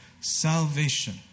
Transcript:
salvation